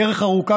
הדרך ארוכה,